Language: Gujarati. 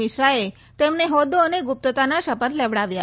મિશ્રાએ તેમને હોદો અને ગુપ્તતાના શપથ લેવડાવ્યા